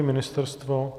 Ministerstvo?